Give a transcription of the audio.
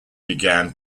began